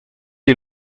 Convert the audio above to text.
est